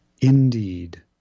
Indeed